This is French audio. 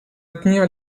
maintenir